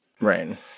Right